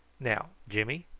now, jimmy,